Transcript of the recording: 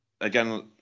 again